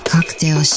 Cocktail